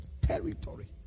territory